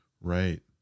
Right